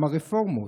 גם הרפורמות.